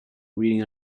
reading